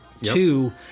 Two